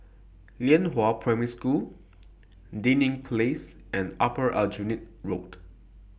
Lianhua Primary School Dinding Place and Upper Aljunied Road